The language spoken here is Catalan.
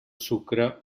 sucre